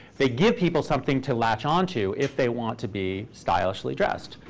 they give people something to latch onto if they want to be stylishly dressed.